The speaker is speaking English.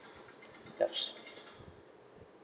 yes